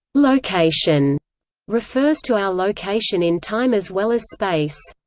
location refers to our location in time as well as space.